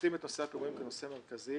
לשים את נושא הפיגומים כנושא מרכזי